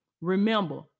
Remember